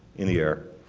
in the air,